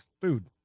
food